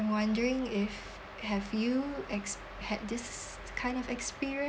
wondering if have you ex~ had this kind of experience